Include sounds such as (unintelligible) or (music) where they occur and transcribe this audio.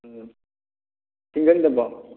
(unintelligible) ꯁꯤꯡꯒꯜꯗꯕꯣ